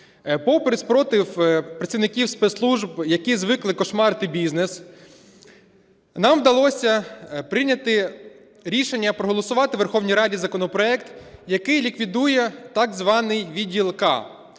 Попри спротив працівників спецслужб, які звикли "кошмарити" бізнес, нам вдалося прийняти рішення, проголосувати у Верховній Раді законопроект, який ліквідує так званий відділ "К",